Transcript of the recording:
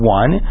one